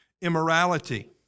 immorality